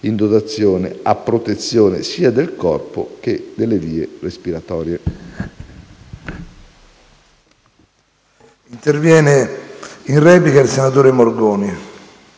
in dotazione, a protezione sia del corpo che delle vie respiratorie.